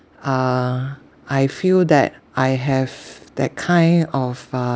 uh I feel that I have that kind of uh